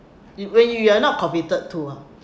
you when you you are not committed to ah